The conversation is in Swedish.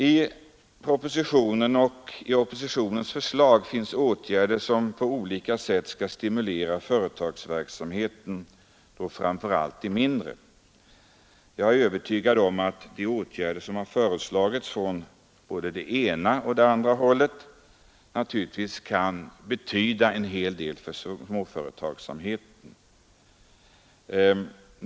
I propositionen och i reservationerna föreslås åtgärder som på olika sätt skall stimulera företagsamheten, framför allt den mindre. Jag är övertygad om att de åtgärder som föreslagits från både det ena och det andra hållet naturligtvis kan betyda en hel del för småföretagsamheten.